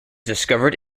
discovered